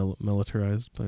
militarized